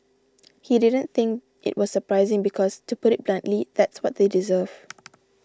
he didn't think it was surprising because to put it bluntly that's what they deserve